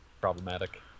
problematic